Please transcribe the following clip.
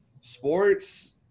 sports